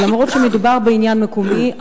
אף-על-פי שמדובר בעניין מקומי,